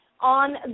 on